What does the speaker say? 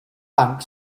bank